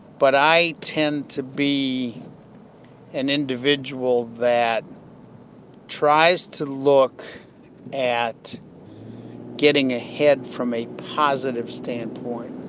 but i tend to be an individual that tries to look at getting ahead from a positive standpoint.